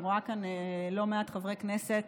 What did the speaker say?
אני רואה כאן לא מעט חברי כנסת